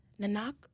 Nanak